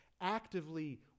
actively